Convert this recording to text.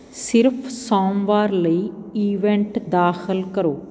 ਸਿਰਫ ਸੋਮਵਾਰ ਲਈ ਇਵੈਂਟ ਦਾਖਲ ਕਰੋ